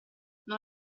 non